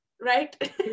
Right